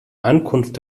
ankunft